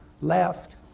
left